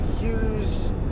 use